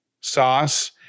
sauce